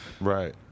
right